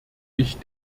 ich